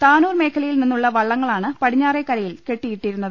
താനൂർ മേഖലയിൽ നിന്നുള്ള വള്ളങ്ങളാണ് പടിഞ്ഞാറെക്കരയിൽ കെട്ടിയിട്ടിരുന്നത്